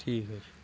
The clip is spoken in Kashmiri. ٹھیٖک حٕظ چھُ